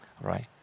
right